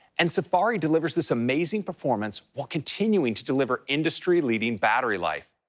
and safari delivers this amazing performance while continuing to deliver industry-leading battery life.